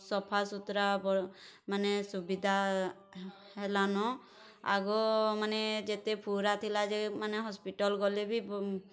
ସଫାସୁତ୍ରା ମାନେ ସୁବିଧା ହେଲାନ ଆଗ ମାନେ ଯେତେ ପୁହୁରା ଥିଲା ଯେ ମାନେ ହସ୍ପିଟାଲ୍ ଗଲେ ବି